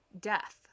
death